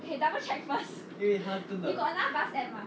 eh double check first you got another bus app~